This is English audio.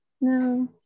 no